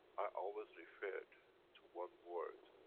i always referred to one word.